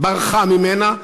ברחה ממנה,